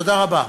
תודה רבה.